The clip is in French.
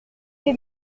d’un